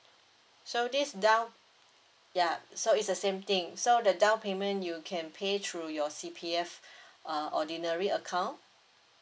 so this down ya so it's the same thing so the down payment you can pay through your C_P_F uh ordinary account